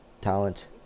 Talent